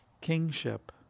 kingship